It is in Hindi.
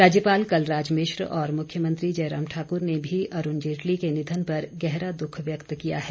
राज्यपाल कलराज मिश्र और मुख्यमंत्री जयराम ठाकुर ने भी अरूण जेटली के निधन पर गहरा दुख व्यक्त किया है